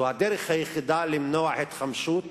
זאת הדרך היחידה למנוע התחמשות